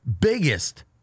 biggest